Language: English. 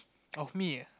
of me ah